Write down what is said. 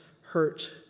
hurt